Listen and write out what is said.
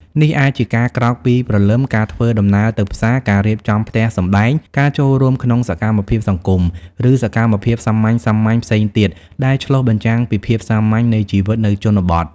នេះអាចជាការក្រោកពីព្រលឹម ការធ្វើដំណើរទៅផ្សារ ការរៀបចំផ្ទះសម្បែង ការចូលរួមក្នុងសកម្មភាពសង្គម ឬសកម្មភាពសាមញ្ញៗផ្សេងទៀតដែលឆ្លុះបញ្ចាំងពីភាពសាមញ្ញនៃជីវិតនៅជនបទ។